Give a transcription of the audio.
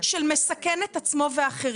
של "מסכן את עצמו והאחרים",